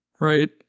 right